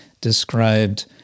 described